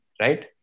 right